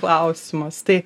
klausimas tai